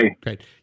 Great